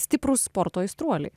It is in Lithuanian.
stiprūs sporto aistruoliai